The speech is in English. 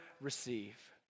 receive